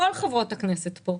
כל חברות הכנסת כאן,